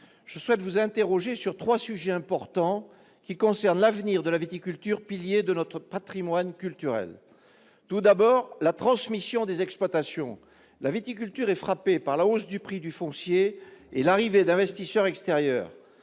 le Gouvernement sur trois sujets importants qui concernent l'avenir de la viticulture, pilier de notre patrimoine culturel. Tout d'abord, la transmission des exploitations. La viticulture est frappée par la hausse du prix du foncier et l'arrivée d'investisseurs extérieurs.